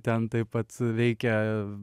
ten taip pat veikia